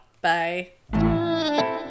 Bye